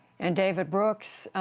and, david brooks,